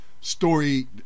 story